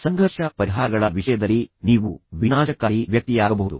ಸಂಘರ್ಷ ಪರಿಹಾರಗಳ ವಿಷಯದಲ್ಲಿ ನೀವು ಬಹಳ ವಿನಾಶಕಾರಿ ವ್ಯಕ್ತಿಯಾಗಬಹುದು